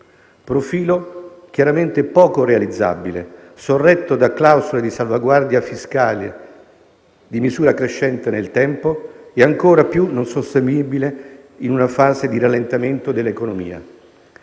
profilo chiaramente poco realizzabile, sorretto da clausole di salvaguardia fiscale di misura crescente nel tempo e ancora più non sostenibile in una fase di rallentamento dell'economia.